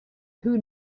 who